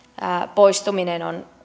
poistuminen on